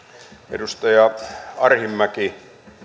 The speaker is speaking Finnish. edustaja arhinmäki